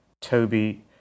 Toby